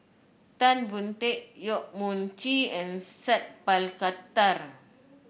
Tan Boon Teik Yong Mun Chee and Sat Pal Khattar